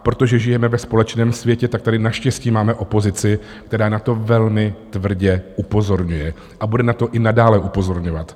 Protože žijeme ve společném světě, tak tady naštěstí máme opozici, která na to velmi tvrdě upozorňuje a bude na to i nadále upozorňovat.